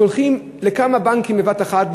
שולחים לכמה בנקים בבת-אחת,